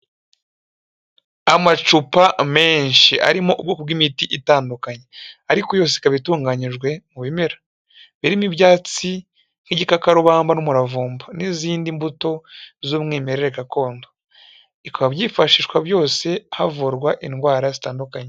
Amacupa menshi arimo ubwoko bw'imiti itandukanye, ariko yose ikaba itunganyijwe mu bimera, birimo ibyatsi nk'igikakarubamba n'umuravumba n'izindi mbuto z'umwimerere gakondo, bikaba byifashishwa byose havurwa indwara zitandukanye.